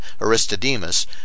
Aristodemus